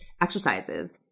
exercises